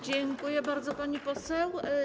Dziękuję bardzo, pani poseł.